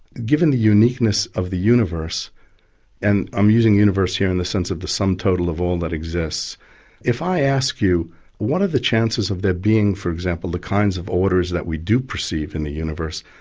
given the uniqueness of the universe and i'm using the universe here in the sense of the sum total of all that exists if i ask you what are the chances of there being for example the kinds of orders that we do perceive in the universe,